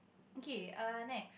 okay err next